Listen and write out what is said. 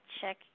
check